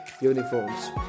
uniforms